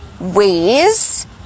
ways